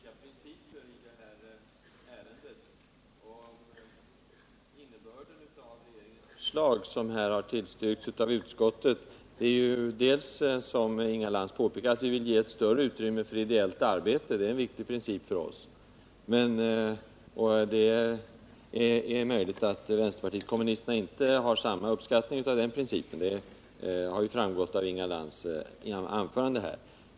Herr ta' man! Det är klart att det finns viktiga principer i det här ärendet. Regeringens förslag, som utskottet har tillstyrkt, innebär som Inga Lantz sade bl.a. att vi vill ge större utrymme för ideellt arbete. Det är en viktig princip för oss. Det är möjligt att vänsterpartiet kommunisterna inte instämmer i den principen; det har framgått av Inga Lantz anförande här.